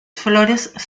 flores